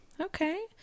Okay